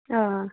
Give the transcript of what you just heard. آ